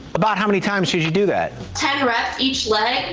about how many times she she do that test. each lead.